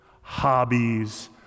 hobbies